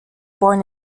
born